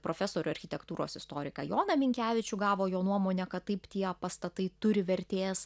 profesorių architektūros istoriką joną minkevičių gavo jo nuomonę kad taip tie pastatai turi vertės